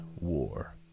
War